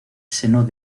seno